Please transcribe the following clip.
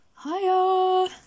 Hiya